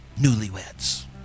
newlyweds